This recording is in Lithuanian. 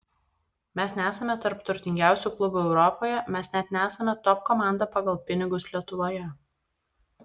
mes nesame tarp turtingiausių klubų europoje mes net nesame top komanda pagal pinigus lietuvoje